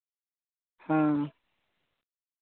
ᱦᱮᱸ